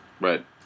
Right